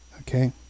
Okay